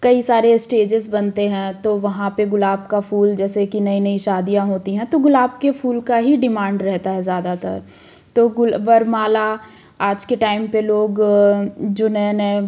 कई सारे इस्टेजेस बनते हैं तो वहाँ पर गुलाब का फूल जैसे कि नई नई शादियाँ होती हैं तो गुलाब के फूल का ही डिमांड रहता हैं ज़्यादातर है तो वरमाला आज के टाइम पर लोग जो नये नये